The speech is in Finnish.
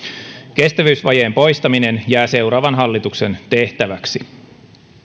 kestävyysvajeen poistaminen jää seuraavan hallituksen tehtäväksi